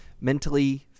mentally